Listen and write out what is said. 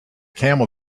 camel